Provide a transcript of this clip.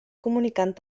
comunicant